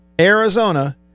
Arizona